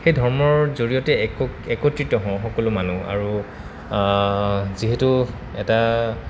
সেই ধৰ্মৰ জৰিয়তে একো একত্ৰিত হওঁ সকলো মানুহ আৰু যিহেতু এটা